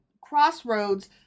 crossroads